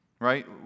Right